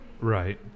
Right